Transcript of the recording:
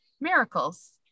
miracles